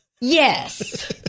Yes